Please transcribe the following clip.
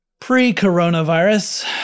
pre-coronavirus